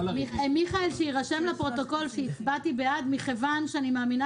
שיירשם לפרוטוקול שהצבעתי בעד מכיוון שאני מאמינה